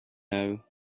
know